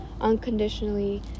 unconditionally